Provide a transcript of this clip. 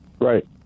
Right